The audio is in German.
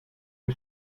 den